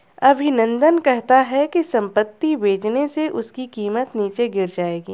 अभिनंदन कहता है कि संपत्ति बेचने से उसकी कीमत नीचे गिर जाएगी